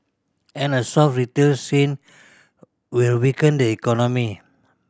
and a soft retail scene will weaken the economy